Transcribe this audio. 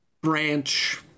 Branch